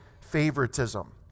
favoritism